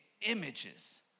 images